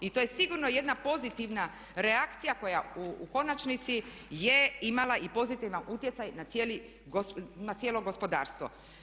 I to je sigurno jedna pozitivna reakcija koja u konačnici je imala i pozitivan utjecaj na cijelo gospodarstvo.